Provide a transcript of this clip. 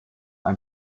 ein